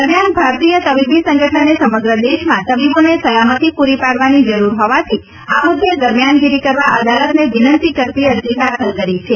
દરમિયાન ભારતીય તબીબી સંગઠને સમગ્રદેશમાં તબીબોને સલામતી પૂરી પાડવાની જરૂર હોવાથી આ મુદ્દે દરમિયાનગીરી કરવા અદાલતને વિનંતી કરતી અરજી દાખલ કરી છે